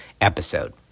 episode